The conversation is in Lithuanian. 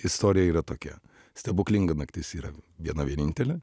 istorija yra tokia stebuklinga naktis yra viena vienintelė